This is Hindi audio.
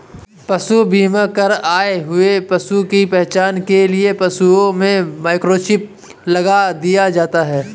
पशु बीमा कर आए हुए पशु की पहचान के लिए पशुओं में माइक्रोचिप लगा दिया जाता है